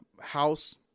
house